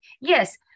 Yes